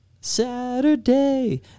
Saturday